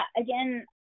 again